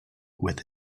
with